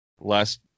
last